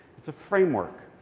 it's a framework.